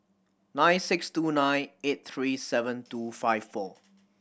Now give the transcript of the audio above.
nine six two nine eight three seven two five four